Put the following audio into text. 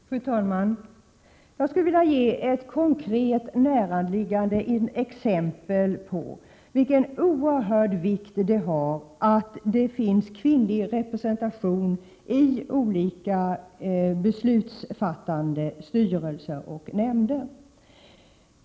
Fru talman! Jag skulle vilja ge ett konkret, näraliggande exempel som visar hur oerhört viktigt det är att det finns kvinnlig representation i olika styrelser och nämnder samt andra beslutande organ.